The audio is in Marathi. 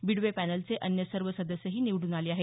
बिडवे पॅनलचे अन्य सर्व सदस्यही निवडून आले आहेत